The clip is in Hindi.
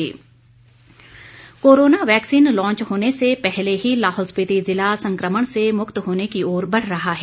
Lahaul corona corona vaccine launch होने से पहले ही लाहौल स्पीति जिला संक्रमण से मुक्त होने की ओर बढ़ रहा है